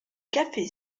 café